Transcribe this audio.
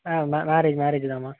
ஆ marriage மேரேஜ்தாம்மா